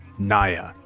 Naya